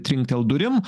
trinktelt durim